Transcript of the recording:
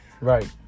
Right